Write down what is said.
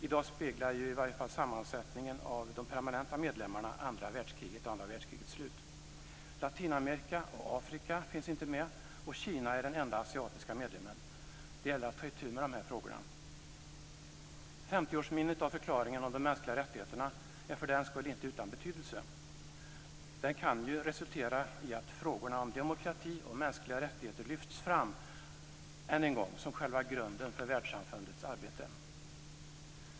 I dag speglar ju i varje fall sammansättningen av de permanenta medlemmarna andra världskriget och andra världskrigets slut. Latinamerika och Afrika finns inte med, och Kina är den enda asiatiska medlemmen. Det gäller att man tar itu med de här frågorna. 50-årsminnet av förklaringen om de mänskliga rättigheterna är för den skull inte utan betydelse. Den kan ju resultera i att frågorna om demokrati och mänskliga rättigheter lyfts fram än en gång som själva grunden för världssamfundets arbete.